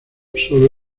sólo